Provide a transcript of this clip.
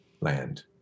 land